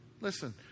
listen